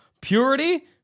Purity